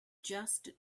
just